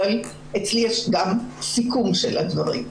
אבל אצלי יש גם סיכום של הדברים.